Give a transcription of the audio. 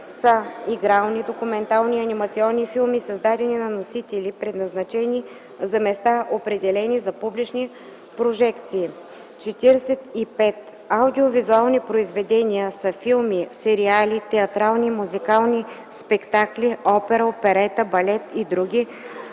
са игрални, документални и анимационни филми, създадени на носители, предназначени за места, определени за публични прожекции. 45. „Аудиовизуални произведения” са филми, сериали, театрални и музикални спектакли, опера, оперета, балет и други,